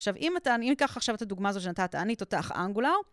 עכשיו אם אני אקח עכשיו את הדוגמה הזאת שנתת: אני תותח אנגולר